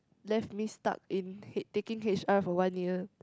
left me stuck in H taking H_R for one year